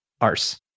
arse